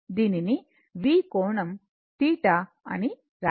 కాబట్టి దీనిని V కోణం θ అని వ్రాయవచ్చు